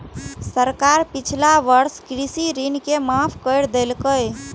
सरकार पिछला वर्षक कृषि ऋण के माफ कैर देलकैए